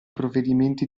provvedimenti